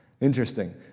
Interesting